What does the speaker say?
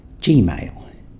Gmail